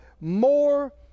more